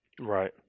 Right